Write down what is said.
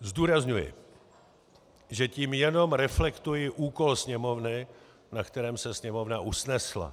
Zdůrazňuji, že tím jenom reflektuji úkol Sněmovny, na kterém se Sněmovna usnesla.